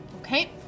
Okay